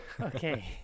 Okay